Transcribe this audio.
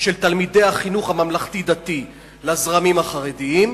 של תלמידי החינוך הממלכתי-דתי לזרמים החרדיים,